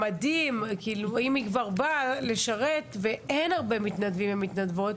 אם היא כבר באה לשרת ואין הרבה מתנדבים ומתנדבות,